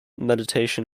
meditation